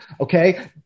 Okay